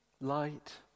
light